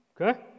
okay